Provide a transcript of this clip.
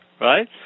right